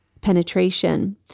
penetration